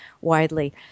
widely